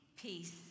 peace